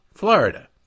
Florida